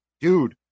dude